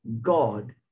god